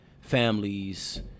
families